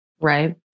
right